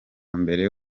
mbere